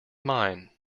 mine